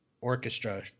orchestra